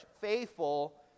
faithful